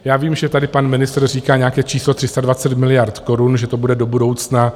Já vím, že tady pan ministr říká nějaké číslo 320 miliard korun, že to bude do budoucna.